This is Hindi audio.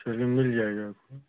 चलिए मिल जाएगा आपको